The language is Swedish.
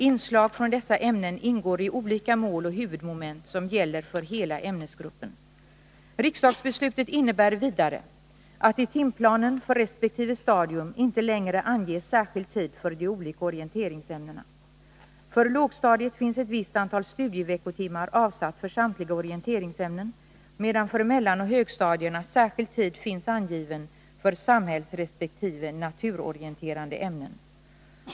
Inslag från dessa ämnen ingår i olika mål och huvudmoment som gäller för hela ämnesgruppen. längre ange ett visst antal studieveckotimmar avsatt för samtliga orienteringsämnen, medan för mellanoch högstadierna särskild tid finns angiven för samhällsresp. naturorienterande ämnen.